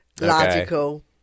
logical